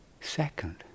second